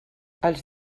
els